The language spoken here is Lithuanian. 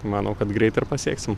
manau kad greit ir pasieksim